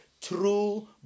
true